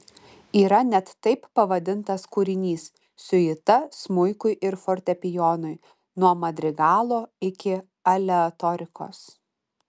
yra net taip pavadintas kūrinys siuita smuikui ir fortepijonui nuo madrigalo iki aleatorikos